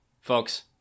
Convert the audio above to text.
folks